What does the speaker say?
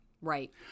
right